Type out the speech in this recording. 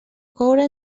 coure